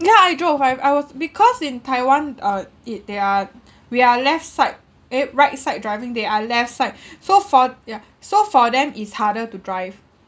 yeah I drove I I was because in taiwan uh it they are we are left side eh right side driving they are left side so for yeah so for them it's harder to drive